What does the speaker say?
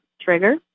trigger